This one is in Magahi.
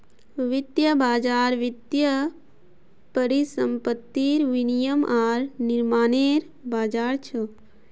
वित्तीय बज़ार वित्तीय परिसंपत्तिर विनियम आर निर्माणनेर बज़ार छ